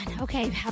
okay